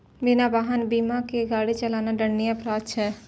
बिना वाहन बीमा के गाड़ी चलाना दंडनीय अपराध छै